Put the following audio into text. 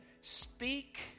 speak